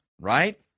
right